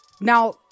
Now